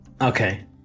okay